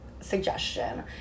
suggestion